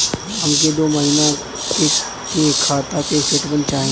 हमके दो महीना के खाता के स्टेटमेंट चाही?